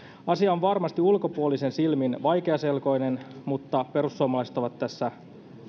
asia on varmasti ulkopuolisen silmin vaikeaselkoinen mutta perussuomalaiset ovat tässä